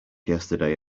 yesterday